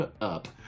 up